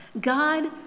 God